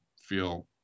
feel